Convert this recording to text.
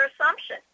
assumption